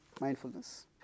mindfulness